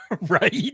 Right